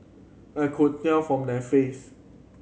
I could tell from their face